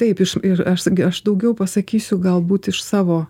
taip ir aš gi aš daugiau pasakysiu galbūt iš savo